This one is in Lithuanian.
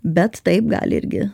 bet taip gali irgi